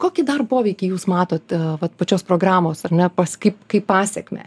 kokį daro poveikį jūs matote vat pačios programos ar ne pas kaip kaip pasekmę